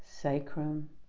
sacrum